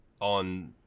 on